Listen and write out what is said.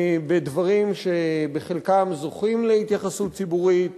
בדברים שבחלקם זוכים להתייחסות ציבורית,